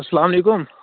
اسلام علیکُم